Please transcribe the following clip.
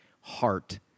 heart